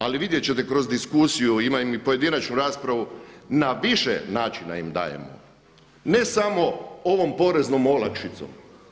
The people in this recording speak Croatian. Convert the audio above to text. Ali vidjet ćete kroz diskusiju, imam i pojedinačnu raspravu na više načina ima dajemo ne samo ovom poreznom olakšicom.